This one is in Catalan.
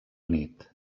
nit